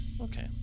okay